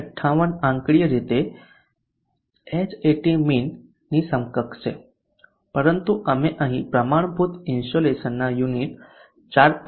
58 આંકડાકીય રીતે Hatmin ની સમકક્ષ છે પરંતુ અમે અહીં પ્રમાણભૂત ઇન્સોલેશન ના યુનિટ 4